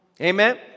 amen